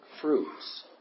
fruits